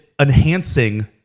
enhancing